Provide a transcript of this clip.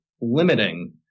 limiting